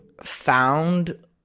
found